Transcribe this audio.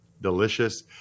Delicious